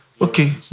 Okay